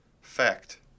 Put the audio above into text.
fact